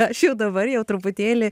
aš jau dabar jau truputėlį